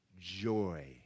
joy